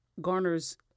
garners